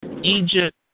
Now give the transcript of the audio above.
Egypt